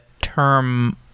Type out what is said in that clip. term